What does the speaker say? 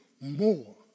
more